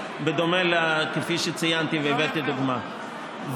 כפי שציינתי והבאתי דוגמה,